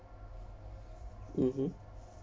mmhmm